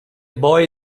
boy